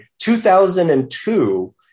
2002